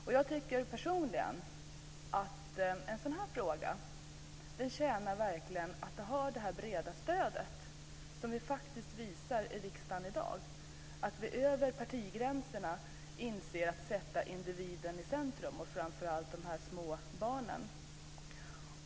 Personligen tycker jag att en fråga som denna verkligen tjänar på att ha så brett stöd som vi i dag faktiskt visar här i riksdagen. Över partigränserna inser vi vikten av att sätta individen i centrum, framför allt de här små barnen.